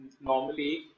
normally